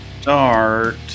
start